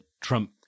Trump